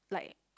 like